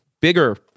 bigger